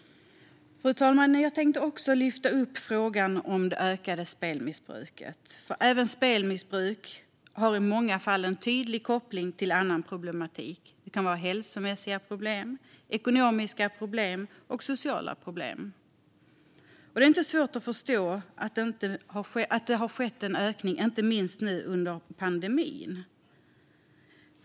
Fru talman! Jag tänkte också ta upp frågan om det ökade spelmissbruket. Även spelmissbruk har i många fall en tydlig koppling till annan problematik. Det kan vara hälsomässiga problem, ekonomiska problem och sociala problem. Det är inte svårt att förstå att det har skett en ökning inte minst nu under pandemin.